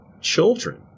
children